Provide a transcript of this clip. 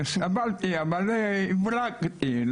וסבלתי, אבל הבלגתי.